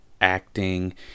acting